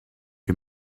you